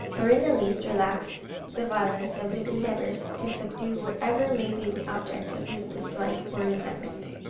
or in the least relax the violence of his endeavours to subdue whatever may be the object of his dislike or resentment.